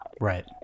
Right